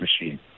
machine